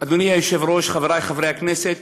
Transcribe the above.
אדוני היושב-ראש, חברי חברי הכנסת,